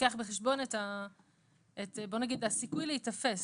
לוקח בחשבון את הסיכוי להיתפס.